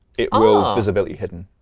it will visibility hidden,